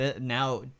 now